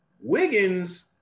Wiggins